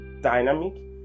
dynamic